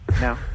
No